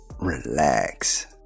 relax